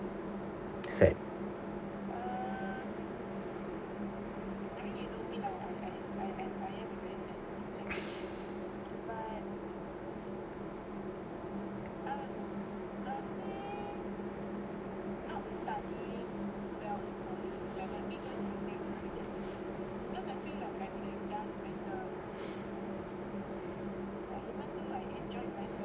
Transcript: sad